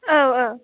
औ औ